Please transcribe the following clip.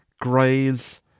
greys